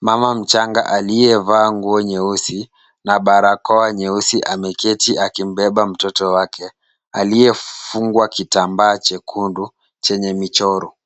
Mama mchanga aliyevaa nguo nyeusi na barakoa nyeusi, ameketi akimbeba mtoto wake aliyefungwa kitambaa chekundu chenye michoro.